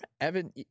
evan